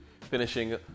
finishing